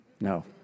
no